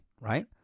right